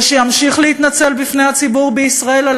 ושימשיך להתנצל בפני הציבור בישראל על